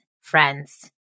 friends